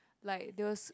like there was